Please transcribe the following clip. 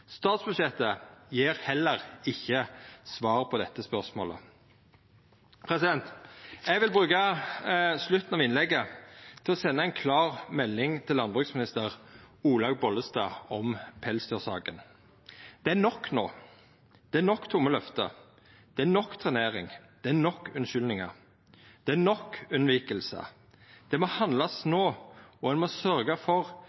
Statsbudsjettet gjev heller ikkje svar på dette spørsmålet. Eg vil bruka slutten av innlegget til å senda ei klar melding til landbruksminister Olaug Bollestad om pelsdyrsaka: Det er nok no. Det er nok tomme løfte. Det er nok trenering. Det er nok unnskyldningar. Det er nok unnviking. Det må handlast no. Ein må sørgja for